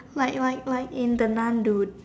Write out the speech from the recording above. like like like in the Nun dude